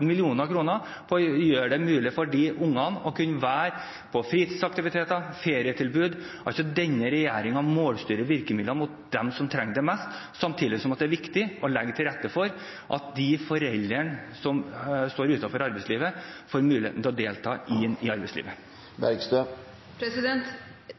på å gjøre det mulig for disse ungene å være med på fritidsaktiviteter og benytte seg av ferietilbud. Denne regjeringen målstyrer altså virkemidlene mot dem som trenger det mest, samtidig som det er viktig å legge til rette for at de foreldrene som står utenfor arbeidslivet, får mulighet til å delta i arbeidslivet. Tryggheten ligger i arbeidslivet,